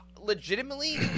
legitimately